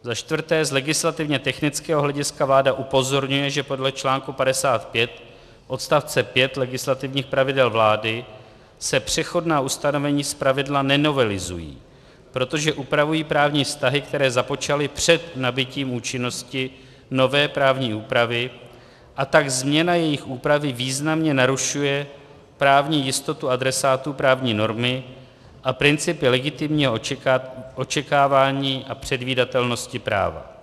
Z legislativně technického hlediska vláda upozorňuje, že podle čl. 55 odst. 5 legislativních pravidel vlády se přechodná ustanovení zpravidla nenovelizují, protože upravují právní vztahy, které započaly před nabytím účinnosti nové právní úpravy, a tak změna jejich úpravy významně narušuje právní jistotu adresátů právní normy a principy legitimního očekávání a předvídatelnosti práva.